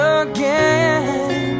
again